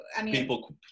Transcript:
people